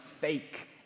fake